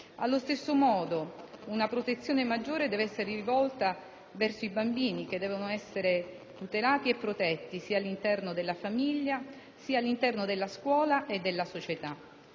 Allo stesso modo, una protezione maggiore deve essere rivolta verso i bambini, che devono essere tutelati e protetti, sia all'interno della famiglia, sia all'interno della scuola e della società.